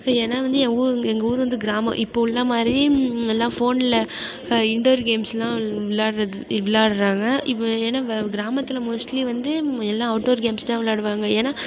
ஏன்னா வந்து ஏவூரு எங்கூரு வந்து கிராமம் இப்போ உள்ள மாதிரி எல்லாம் ஃபோனில் இன்டோர் கேம்ஸ்லாம் விளாடறது விளாடறாங்க இப்போ ஏன்னா கிராமத்தில் மோஸ்ட்லி வந்து எல்லாம் அவுட்டோர் கேம்ஸ் தான் விளாடுவாங்க ஏன்னா